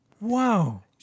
Wow